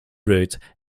route